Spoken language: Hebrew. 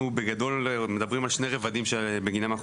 אנחנו בגדול מדברים על שני רבדים שבגינם אנחנו